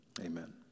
Amen